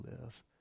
live